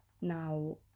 Now